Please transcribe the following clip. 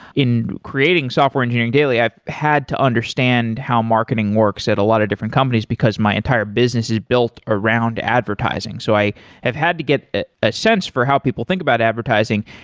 in creating software engineering daily, i've had to understand how marketing works at a lot of different companies, because my entire business is built around advertising. so i have had to get ah a sense for how people think about advertising,